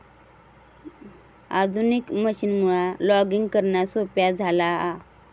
आधुनिक मशीनमुळा लॉगिंग करणा सोप्या झाला हा